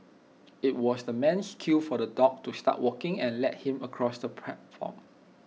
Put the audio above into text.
IT was the man's cue for the dog to start walking and lead him across the platform